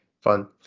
fun